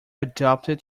adapted